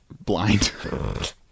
blind